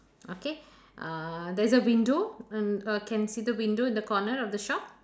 okay uh there's a window and uh can see the window in the corner of the shop